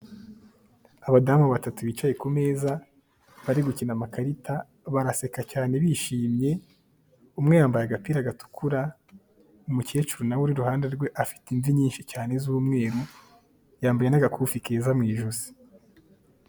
Abadamu batatu bicaye kumeza bari gukina amakarita, baraseka cyane bishimye, umwe yambaye agapira gatukura, umukecuru nawe we iruhande rwe afite imvi nyinshi cyane z'umweru, yambaye n'agakufi keza mu ijosi.